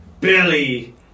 Billy